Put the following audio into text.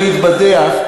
ולהתבדח,